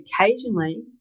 occasionally